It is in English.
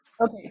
Okay